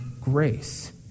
grace